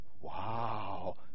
wow